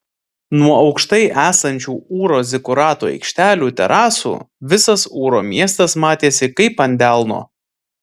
nuo aukštai esančių ūro zikurato aikštelių terasų visas ūro miestas matėsi kaip ant delno